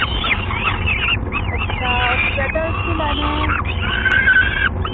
अच्छा होर स्वेटर बी लैने